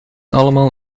allemaal